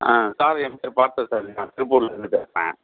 sir என் பேர் பார்த்தசாரதி நான் திருப்பூரில் இருந்து பேசுகிறேன்